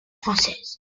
française